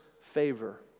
favor